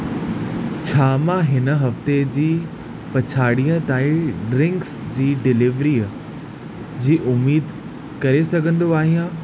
छा मां हिन हफ़्ते जी पछाड़ीअ ताईं ड्रिंक्स जी डिलिवरीअ जी उमीद करे सघंदो आहियां